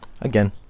again